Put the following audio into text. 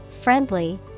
Friendly